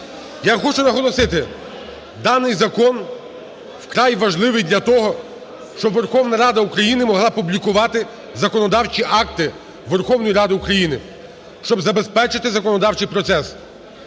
Я хочу наголосити: даний закон вкрай важливий для того, щоб Верховна Рада України могла публікувати законодавчі акти Верховної Ради України, щоб забезпечити законодавчий процес.